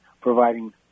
providing